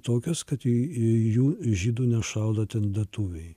tokios kad į jų žydų nešaudo ten lietuviai